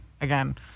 Again